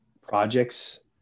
projects